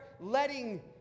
letting